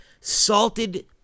Salted